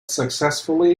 successfully